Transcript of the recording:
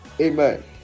Amen